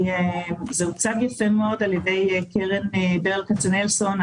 זה הוצג יפה מאוד על ידי קרן ברל כצנלסון.